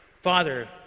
Father